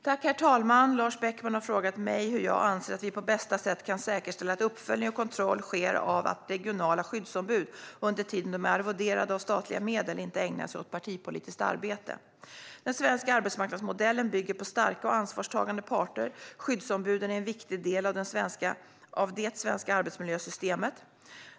Herr talman! Lars Beckman har frågat mig hur jag anser att vi på bästa sätt kan säkerställa att uppföljning och kontroll sker av att regionala skyddsombud, under tiden de är arvoderade av statliga medel, inte ägnar sig åt partipolitiskt arbete. Den svenska arbetsmarknadsmodellen bygger på starka och ansvarstagande parter. Skyddsombuden är en viktig del av det svenska arbetsmiljösystemet.